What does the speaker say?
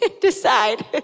Decide